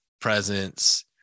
presence